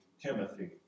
Timothy